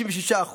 66%,